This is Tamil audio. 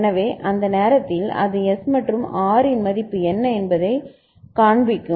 எனவே அந்த நேரத்தில் அது S மற்றும் R இன் மதிப்பு என்ன என்பதைக் காண்பிக்கும்